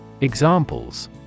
Examples